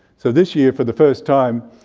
so this year, for the first time,